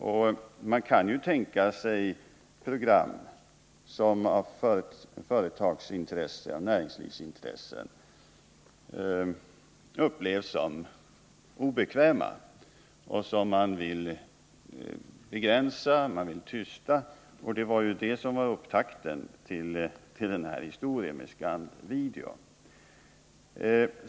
Och man kan ju tänka sig program som av företagsoch näringslivsintressen upplevs som obekväma och som man därför vill begränsa, som man vill tysta. Det var det som var upptakten till den här historien med Scand-Video.